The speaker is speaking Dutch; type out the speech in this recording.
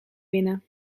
binnen